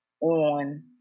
on